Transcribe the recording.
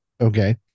Okay